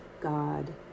God